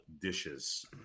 dishes